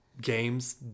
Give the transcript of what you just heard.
games